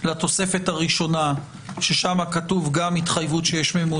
על-פי חוק הגנת הפרטיות יש ועדות העברת מידע וכולי,